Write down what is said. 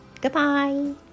goodbye